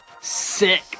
Sick